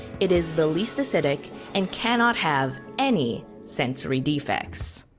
it is the least acidic and cannot have any sensory defects.